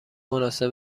مناسب